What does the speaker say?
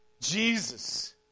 Jesus